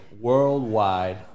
worldwide